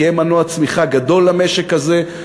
כי הם מנוע צמיחה גדול למשק הזה,